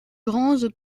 granges